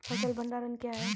फसल भंडारण क्या हैं?